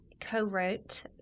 co-wrote